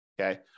Okay